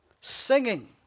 Singing